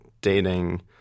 dating—